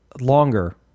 longer